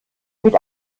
mit